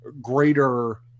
greater